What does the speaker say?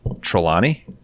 Trelawney